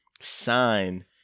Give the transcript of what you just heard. sign